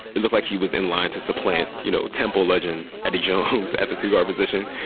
it looked like he was in line to supplant, you know, temple legend eddie jones at the two guard position.